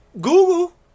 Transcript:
Google